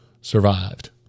survived